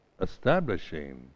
establishing